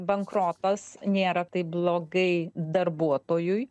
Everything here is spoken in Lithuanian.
bankrotas nėra taip blogai darbuotojui